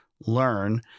learn